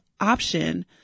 option